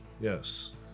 Yes